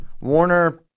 Warner